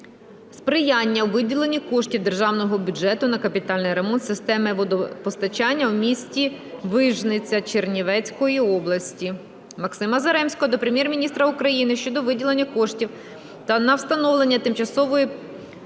сприяння у виділенні коштів державного бюджету на капітальний ремонт системи водопостачання у місті Вижниця Чернівецької області. Максима Заремського до Прем'єр-міністра України щодо виділення коштів на встановлення тимчасової переправи